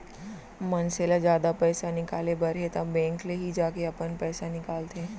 मनसे ल जादा पइसा निकाले बर हे त बेंक ले ही जाके अपन पइसा निकालंथे